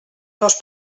dos